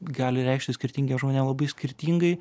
gali reikštis skirtingiem žmonėm labai skirtingai